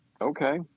okay